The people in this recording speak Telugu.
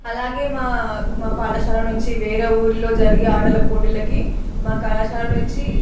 అలాగే మా మా పాఠశాల నుంచి వేరే ఊరిలో జరిగే ఆటల పోటీలకి మా కళాశాల నుంచి